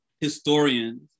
historians